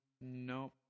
no